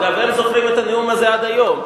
אגב, הם זוכרים את הנאום הזה עד היום.